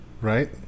Right